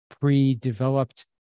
pre-developed